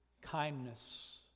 kindness